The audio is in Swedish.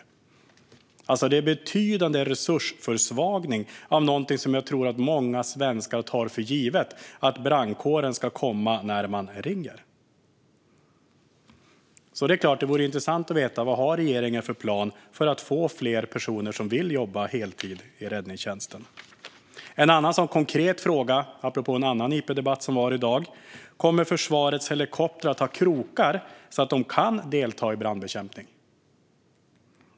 Det är alltså en betydande resursförsvagning av någonting som jag tror att många svenskar tar för givet - att brandkåren ska komma när man ringer. Det vore intressant att få veta vad regeringen har för plan för att få fler personer att vilja jobba heltid i räddningstjänsten. Jag har en annan konkret fråga apropå en annan av dagens interpellationsdebatter: Kommer försvarets helikoptrar att ha krokar så att de kan delta i brandbekämpning?